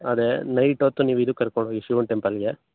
ಅದೇ ನೈಟ್ ಹೊತ್ತು ನೀವು ಇದಕ್ಕೆ ಕರ್ಕೊಂಡು ಹೋಗಿ ಶಿವನ ಟೆಂಪಲ್ಗೆ